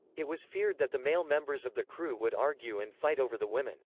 it was feared that the male members of the crew would argue and fight over the women.